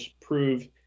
prove